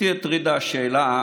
אותי הטרידה השאלה: